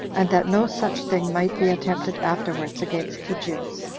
and that no such thing might be attempted afterwards against the jews.